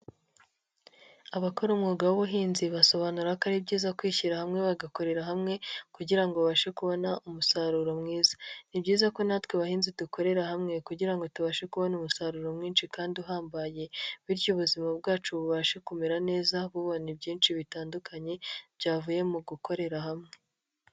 Abakora umwuga w'ubuhinzi basobanura ko ari byiza kwishyira hamwe bagakorera hamwe kugira ngo babashe kubona umusaruro mwiza, ni byiza ko natwe bahinzi dukorera hamwe kugira ngo tubashe kubona umusaruro mwinshi kandi uhambaye, bityo ubuzima bwacu bubashe kumera neza bubona byinshi bitandukanye byavuye mu gukorera hamwe.